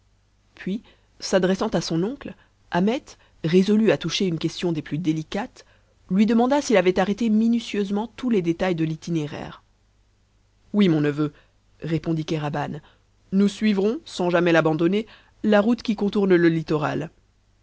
puis s'adressant à son oncle ahmet résolu à toucher une question des plus délicates lui demanda s'il avait arrêté minutieusement tous les détails de l'itinéraire oui mon neveu répondit kéraban nous suivrons sans jamais l'abandonner la route qui contourne le littoral